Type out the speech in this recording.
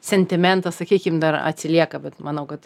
sentimentas sakykim dar atsilieka bet manau kad